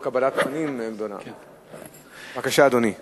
אדוני היושב-ראש,